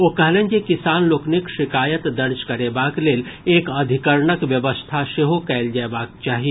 ओ कहलनि जे किसान लोकनिक शिकायत दर्ज करेबाक लेल एक अधिकरणक व्यवस्था सेहो कयल जयबाक चाही